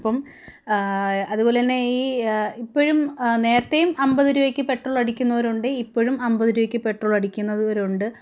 അപ്പം അതുപോലെ തന്നെ ഈ ഇപ്പോഴും നേരത്തേയും അൻപത് രൂപയ്ക്ക് പെട്രോൾ അടിക്കുന്നവരുണ്ട് ഇപ്പോഴും അൻപത് രൂപയ്ക്ക് പെട്രോൾ അടിക്കുന്നവരുണ്ട്